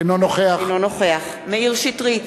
אינו נוכח מאיר שטרית,